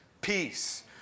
peace